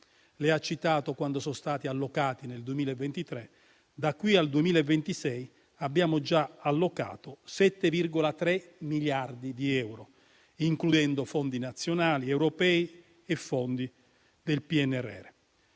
Lei ha citato quanti miliardi sono stati allocati nel 2023; da qui al 2026 abbiamo già allocato 7,3 miliardi di euro, includendo fondi nazionali, europei e fondi del PNRR.